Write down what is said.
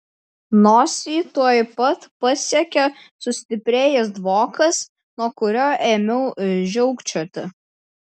nosį tuoj pat pasiekė sustiprėjęs dvokas nuo kurio ėmiau žiaukčioti